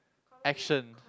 action